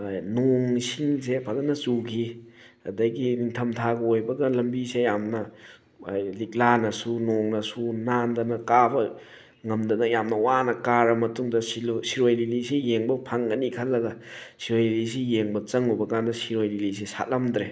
ꯅꯣꯡ ꯏꯁꯤꯡꯁꯦ ꯐꯖꯅ ꯆꯨꯈꯤ ꯑꯗꯒꯤ ꯅꯤꯡꯊꯝꯊꯥꯒ ꯑꯣꯏꯕꯒ ꯂꯝꯕꯤꯁꯦ ꯌꯥꯝꯅ ꯂꯤꯛꯂꯥꯅꯁꯨ ꯅꯣꯡꯅꯁꯨ ꯅꯥꯟꯗꯅ ꯀꯥꯕ ꯉꯝꯗꯕ ꯌꯥꯝꯅ ꯋꯥꯅ ꯀꯥꯔ ꯃꯇꯨꯡꯗ ꯁꯤꯔꯣꯏ ꯂꯤꯂꯤꯁꯦ ꯌꯦꯡꯕ ꯐꯪꯒꯅꯤ ꯈꯜꯂꯒ ꯁꯤꯔꯣꯏ ꯂꯤꯂꯤꯁꯤ ꯌꯦꯡꯕ ꯆꯪꯉꯨꯕ ꯀꯥꯟꯗ ꯁꯤꯔꯣꯏ ꯂꯤꯂꯤꯁꯦ ꯁꯥꯠꯂꯝꯗ꯭ꯔꯦ